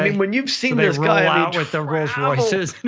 i mean when you've seen this guy out with the rolls royces and